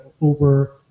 over